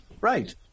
Right